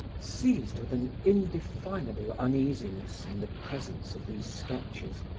seized with an indefinable uneasiness in the presence of these sketches,